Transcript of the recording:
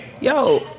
yo